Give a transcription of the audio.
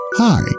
Hi